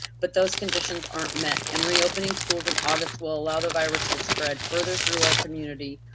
but those conditions aren't met and reopening schools in august will allow the virus to spread further through our community,